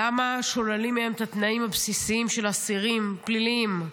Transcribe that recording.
למה שוללים מהם את התנאים הבסיסיים של אסירים פליליים,